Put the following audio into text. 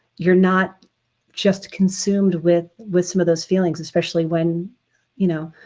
you're not just consumed with with some of those feelings, especially when you know